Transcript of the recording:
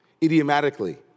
Idiomatically